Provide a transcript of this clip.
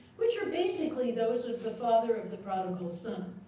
which are basically those of the father of the prodigal son.